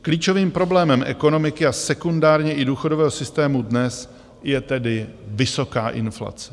Klíčovým problémem ekonomiky a sekundárně i důchodového systému dnes je tedy vysoká inflace.